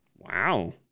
Wow